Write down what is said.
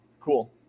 Cool